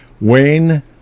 Wayne